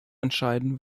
entscheiden